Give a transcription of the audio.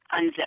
unzip